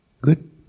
Good